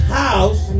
house